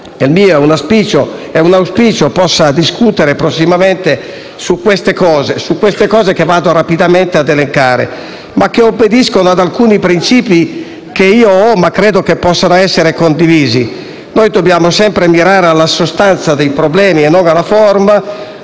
- non è possibile - possa discutere prossimamente di alcune cose che vado rapidamente a elencare e che obbediscono ad alcuni princìpi che credo possano essere condivisi. Noi dobbiamo sempre mirare alla sostanza dei problemi e non alla forma.